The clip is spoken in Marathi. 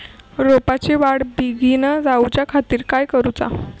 रोपाची वाढ बिगीन जाऊच्या खातीर काय करुचा?